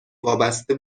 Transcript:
وابسته